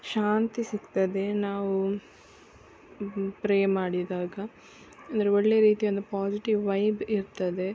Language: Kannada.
ಶಾಂತಿ ಸಿಗ್ತದೆ ನಾವು ಪ್ರೇ ಮಾಡಿದಾಗ ಅಂದರೆ ಒಳ್ಳೆ ರೀತಿಯಾದ ಪಾಸಿಟಿವ್ ವೈಬ್ ಇರ್ತದೆ